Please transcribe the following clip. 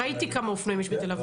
ראיתי כמה אופנועים יש בתל אביב.